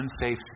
unsafe